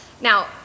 Now